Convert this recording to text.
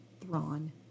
Thrawn